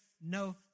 no